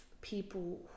people